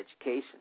education